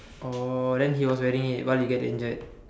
oh then he was wearing it while you get injured